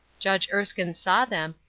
judge erskine saw them,